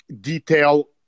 detail